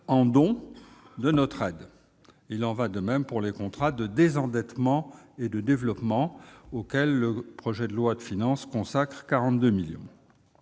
de dons de notre aide. Il en va de même pour les contrats de désendettement et de développement, auxquels le projet de loi de finances consacre 42 millions